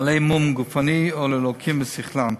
לבעלי מום גופני או ללוקים בשכלם,